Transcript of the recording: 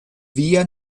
via